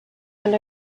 and